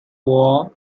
wall